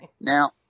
Now